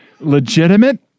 Legitimate